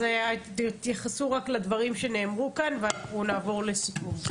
אז תתייחסו רק לדברים שנאמרו כאן ואנחנו נעבור לסיכום.